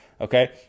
okay